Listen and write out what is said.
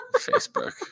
Facebook